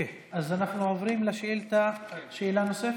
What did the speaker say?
שאלה נוספת?